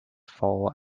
thaw